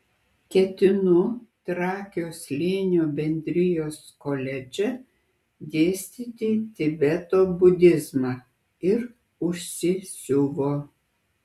ketinu trakio slėnio bendrijos koledže dėstyti tibeto budizmą ir užsisiuvo